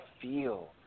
feel